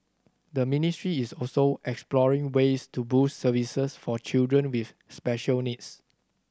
the ministry is also exploring ways to boost services for children with special needs